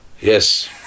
Yes